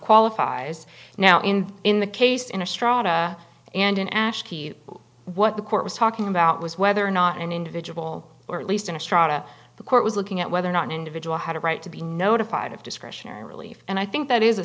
qualifies now in in the case in a straw and in ash what the court was talking about was whether or not an individual or at least an extra the court was looking at whether or not an individual had a right to be notified of discretionary relief and i think that is a